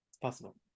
possible